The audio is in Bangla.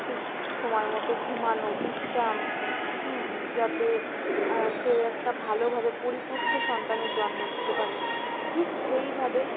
ঠিক সময় মতো ঘুমানো বিশ্রাম হুম যাতে সে একটা ভালোভাবে পরিপুষ্ট সন্তানের জন্ম দিতে পারে ঠিক সেইভাবেই